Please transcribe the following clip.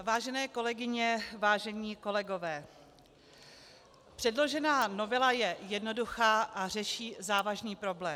Vážené kolegyně, vážení kolegové, předložená novela je jednoduchá a řeší závažný problém.